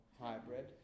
hybrid